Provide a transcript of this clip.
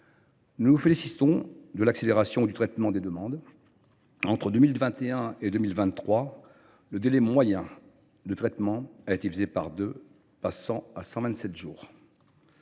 nous félicitons de l’accélération du traitement des demandes. Entre 2021 et 2023, le délai moyen de traitement a été divisé par deux, passant à 127 jours.